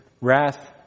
wrath